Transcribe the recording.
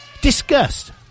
Disgust